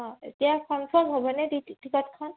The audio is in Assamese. অঁ এতিয়া কনফাৰ্ম হ'বনে টিকটখন